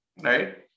right